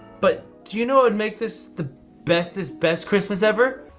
but do you know what would make this the bestest best christmas ever?